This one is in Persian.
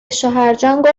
شوهرجان